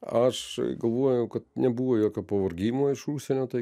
aš galvojau kad nebuvo jokio pavargimo iš užsienio tai